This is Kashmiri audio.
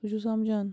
تُہۍ چھُو سَمجھان